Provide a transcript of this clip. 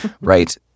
right